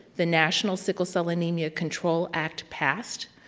the national sickle cell anemia control act passed.